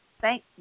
Thank